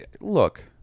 look